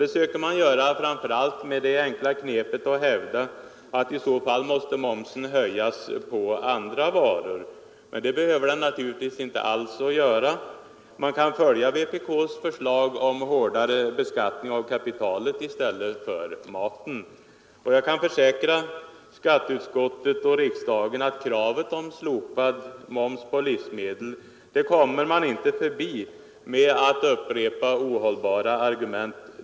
Det försöker man göra framför allt med det enkla knepet att man hävdar att momsen — om den slopades på mat — måste höjas på andra varor. Men en sådan höjning behöver naturligtvis inte alls göras. Man kan följa vpk:s förslag om hårdare beskattning av kapitalet i stället för maten. Jag kan försäkra skatteutskottet, och hela riksdagen, att man inte kommer förbi kravet om slopad moms på livsmedel med att upprepa ohållbara argument.